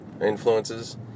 Influences